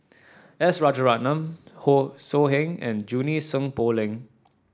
S Rajaratnam So Heng and Junie Sng Poh Leng